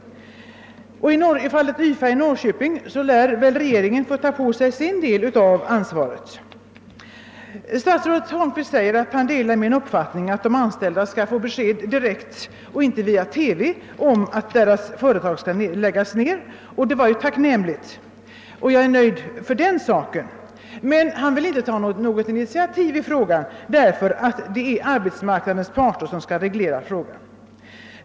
I fallet YFA i Norrköping lär regeringen få ta på sig sin stora del av ansvaret. Statsrådet Holmqvist säger att han delar min uppfattning att de anställda skall få besked direkt och inte via TV om att deras företag skall läggas ned, och det är ju tacknämligt. Beträffande den saken är jag nöjd. Men statsrådet vill inte ta något initiativ i frågan därför att det är arbetsmarknadens parter som skall reglera dessa saker.